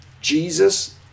Jesus